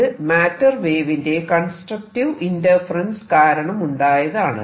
ഇത് മാറ്റർ വേവിന്റെ constructive interference കാരണമുണ്ടായതാണ്